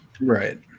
right